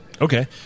Okay